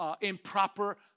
improper